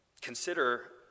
Consider